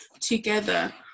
together